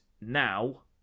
now